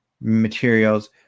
materials